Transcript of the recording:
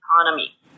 economy